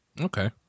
Okay